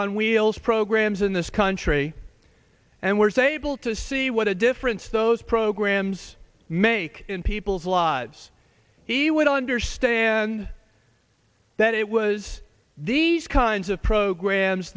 on wheels programs in this country and we're sable to see what a difference those programs make in people's lives he would understand that it was these kinds of programs